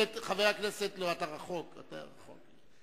חבר הכנסת יואל חסון, בבקשה.